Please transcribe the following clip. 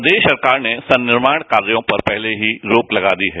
प्रदेश सरकार ने सनिर्माण कार्यो पर पहले ही रोक लगा दी है